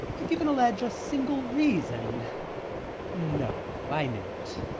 if you can allege a single reason no i knew it.